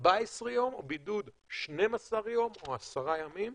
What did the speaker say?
14 יום, או בידוד 12 יום, או עשרה ימים.